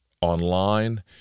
online